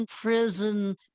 prison